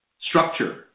structure